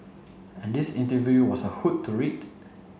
and this interview was a hoot to read